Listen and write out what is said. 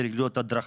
צריכה להיות הדרכה,